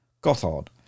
gothard